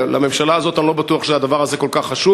לממשלה הזאת אני לא בטוח שהדבר הזה כל כך חשוב,